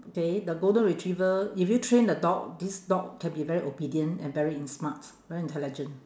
okay the golden retriever if you train the dog this dog can be very obedient and very in~ smart very intelligent